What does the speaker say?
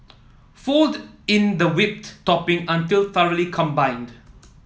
fold in the whipped topping until thoroughly combined